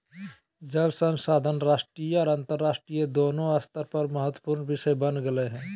जल संसाधन राष्ट्रीय और अन्तरराष्ट्रीय दोनों स्तर पर महत्वपूर्ण विषय बन गेले हइ